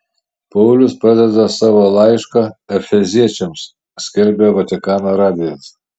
paulius pradeda savo laišką efeziečiams skelbia vatikano radijas